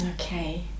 Okay